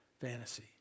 Fantasy